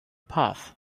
path